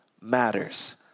matters